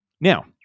Now